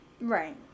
right